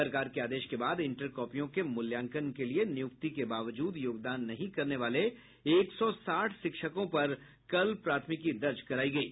सरकार के आदेश के बाद इंटर कॉपियों के मूल्यांकन के लिए नियुक्ति के बावजूद योगदान नहीं करने वाले एक सौ साठ शिक्षकों पर कल प्राथमिकी दर्ज करायी गयी